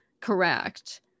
correct